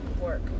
work